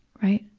right.